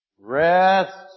rest